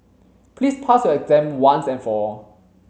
please pass your exam once and for all